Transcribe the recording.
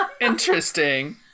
Interesting